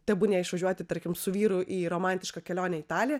tebūnie išvažiuoti tarkim su vyru į romantišką kelionę į italiją